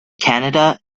canada